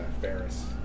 Ferris